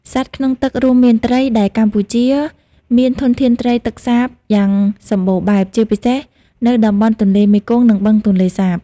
សត្វក្នុងទឹករួមមានត្រី ដែលកម្ពុជាមានធនធានត្រីទឹកសាបយ៉ាងសំបូរបែប ជាពិសេសនៅតំបន់ទន្លេមេគង្គ និងបឹងទន្លេសាប។